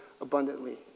abundantly